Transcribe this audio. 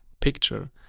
picture